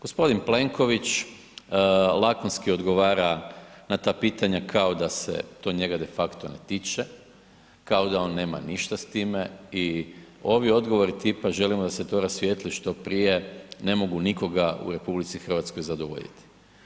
Gospodin Plenković lakonski odgovara na ta pitanja, kao da se to njega de facto ne tiče, kao da on nema ništa s time i ovi odgovori tipa želimo da se to rasvijetli što prije ne mogu nikoga u RH zadovoljiti.